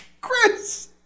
Chris